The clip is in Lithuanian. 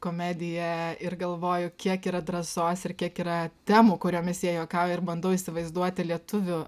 komediją ir galvoju kiek yra drąsos ir kiek yra temų kuriomis jie juokauja ir bandau įsivaizduoti lietuvių